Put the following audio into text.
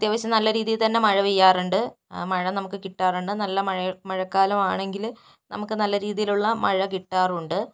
അത്യാവശ്യം നല്ല രീതിയിൽ തന്നെ മഴ പെയ്യാറുണ്ട് മഴ നമുക്ക് കിട്ടാറുണ്ട് നല്ല മഴ മഴക്കാലമാണെങ്കിൽ നമുക്ക് നല്ല രീതിയിലുള്ള മഴ കിട്ടാറുണ്ട്